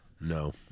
no